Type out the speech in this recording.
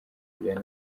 kugera